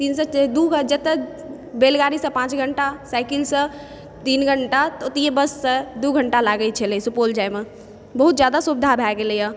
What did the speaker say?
जतऽ बैलगाड़ीसँ पाँच घण्टा साइकिलसँ तीन घण्टा ओतै बससँ दू घण्टा लागै छलै सुपौल जाएमे बहुत जादा सुविधा भए गेलैए